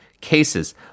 cases